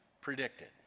predicted